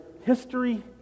history